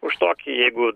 už tokį jeigu